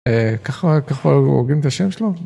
אה... ככה... ככה הוגים את השם שלו?